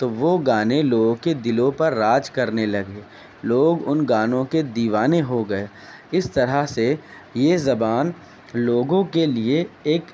تو وہ گانے لوگوں کے دلوں پر راج کرنے لگے لوگ ان گانوں کے دیوانے ہوگئے اس طرح سے یہ زبان لوگوں کے لیے ایک